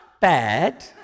bad